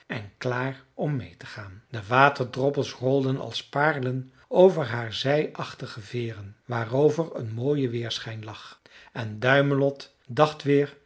klaar om meê te gaan de waterdroppels rolden als paarlen over haar zijachtige veeren waarover een mooie weerschijn lag en duimelot dacht weêr